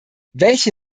welche